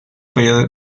período